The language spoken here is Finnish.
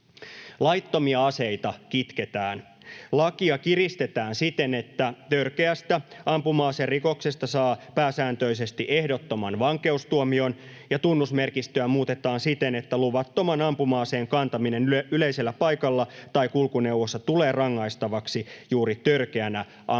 Laittomia aseita kitketään. Lakia kiristetään siten, että törkeästä ampuma-aserikoksesta saa pääsääntöisesti ehdottoman vankeustuomion, ja tunnusmerkistöä muutetaan siten, että luvattoman ampuma-aseen kantaminen yleisellä paikalla tai kulkuneuvossa tulee rangaistavaksi juuri törkeänä ampuma-aserikoksena.